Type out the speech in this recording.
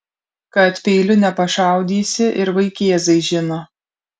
kad peiliu nepašaudysi ir vaikėzai žino